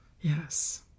yes